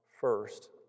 first